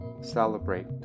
Celebrate